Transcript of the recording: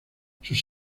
sus